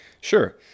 Sure